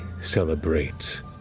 celebrate